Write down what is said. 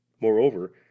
Moreover